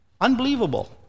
Unbelievable